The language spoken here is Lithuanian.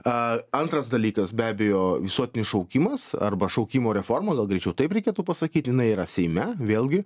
a antras dalykas be abejo visuotinis šaukimas arba šaukimo reformos gal greičiau taip reikėtų pasakyt jinai yra seime vėlgi